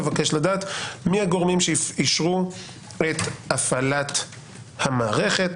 אבקש לדעת מי הגורמים שאישרו את הפעלת המערכת.